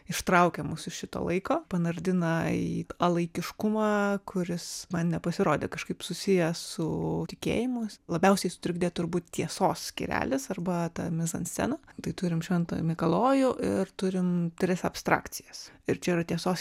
ištraukia mus iš šito laiko panardina į alaikiškumą kuris man nepasirodė kažkaip susijęs su tikėjimu labiausiai sutrukdė turbūt tiesos skyrelis arba ta mizanscena tai turim šventą mikalojų ir turim tris abstrakcijas ir čia yra tiesos